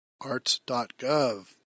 arts.gov